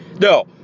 No